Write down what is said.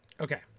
Okay